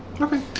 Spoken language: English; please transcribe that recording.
Okay